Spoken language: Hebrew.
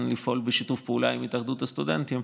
לפעול בשיתוף פעולה עם התאחדות הסטודנטים.